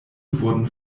wurden